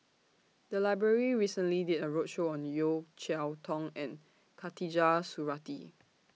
The Library recently did A roadshow on Yeo Cheow Tong and Khatijah Surattee